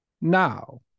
Now